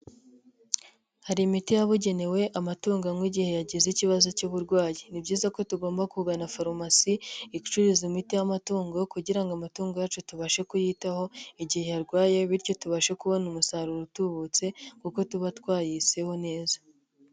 Hari imiti yabugenewe amatungo anywa igihe yagize ikibazo cy'uburwayi, ni byiza ko tugomba kugana farumasi, icuruza imiti y'amatungo kugira ngo amatungo yacu tubashe kuyitaho, igihe arwaye bityo tubashe kubona umusaruro utubutse kuko tuba twayiseho neza.